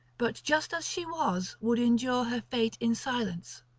but just as she was would endure her fate in silence.